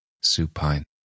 supine